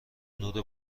نور